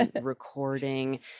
recording